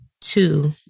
Two